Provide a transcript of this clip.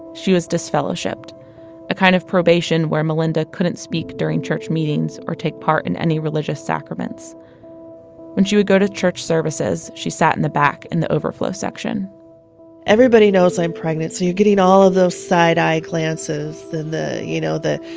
she was disfellowshipped a kind of probation where melynda couldn't speak during church meetings or take part in any religious sacraments when she would go to church services, she sat in the back in the overflow section everybody knows i'm pregnant. so you're getting all of those side eye glances. the the you know, the